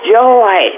joy